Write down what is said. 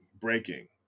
breaking